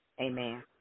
Amen